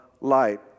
light